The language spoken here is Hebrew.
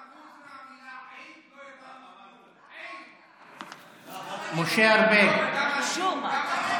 חוץ מהמילה "עיד" לא הבנו, תנו לנו תרגום.